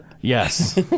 Yes